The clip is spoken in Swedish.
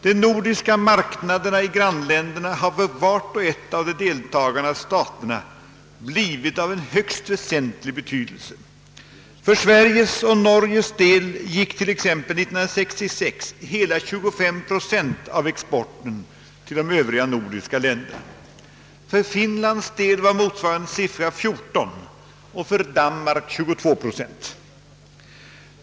De nordiska marknaderna i grannländerna har för alla deltagande stater blivit av högst väsentlig betydelse. För Sveriges och Norges del gick t.ex. 1966 hela 25 procent av exporten till de övriga nordiska länderna; för Finlands del var motsvarande siffra 14 procent och för Danmarks 22 procent.